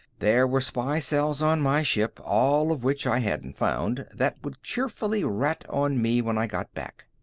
there were spy cells on my ship, all of which i hadn't found, that would cheerfully rat on me when i got back.